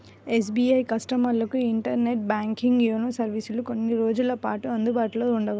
SBI కస్టమర్లకు internet banking, YONO సర్వీసులు కొన్ని రోజుల పాటు అందుబాటులో ఉండవు